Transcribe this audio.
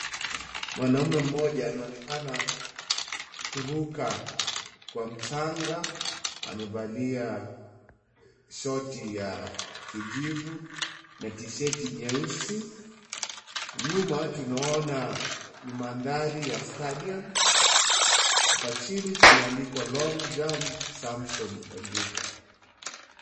Mwanaume mmoja anaonekana kuruka kwa mchanga. Amevalia shoti ya kijivu na tisheti nyeusi. Nyuma tunaona ni mandhari ya stadium hapa chini kumeandikwa long jump Samson Ojuka.